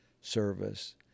service